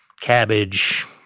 cabbage